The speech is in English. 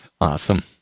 awesome